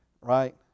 right